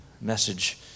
message